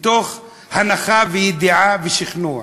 מתוך הנחה וידיעה ושכנוע,